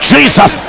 Jesus